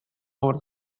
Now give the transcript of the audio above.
over